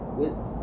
wisdom